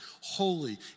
holy